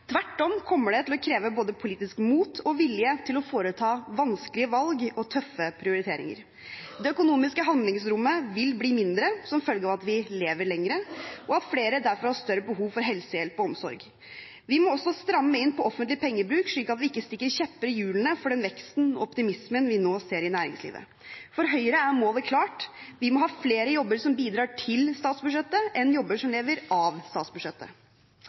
Tvert om kommer det til å kreve både politisk mot og vilje til å foreta vanskelige valg og tøffe prioriteringer. Det økonomiske handlingsrommet vil bli mindre som følge av at vi lever lenger, og at flere derfor har større behov for helsehjelp og omsorg. Vi må også stramme inn på offentlig pengebruk slik at vi ikke stikker kjepper i hjulene for den veksten og optimismen vi nå ser i næringslivet. For Høyre er målet klart: Vi må ha flere jobber som bidrar til statsbudsjettet, enn jobber som lever av statsbudsjettet.